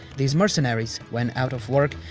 these mercenaries, when out of work,